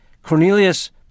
Cornelius